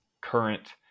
current